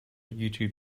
youtube